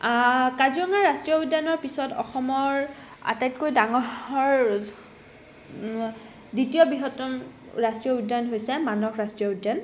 কাজিৰঙা ৰাষ্ট্ৰীয় উদ্যানৰ পিছত অসমৰ আটাইতকৈ ডাঙৰৰ দ্বিতীয় বৃহত্তম ৰাষ্ট্ৰীয় উদ্যান হৈছে মানাহ ৰাষ্ট্ৰীয় উদ্যান